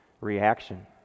reaction